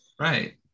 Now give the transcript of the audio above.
right